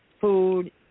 food